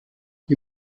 die